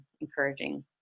encouraging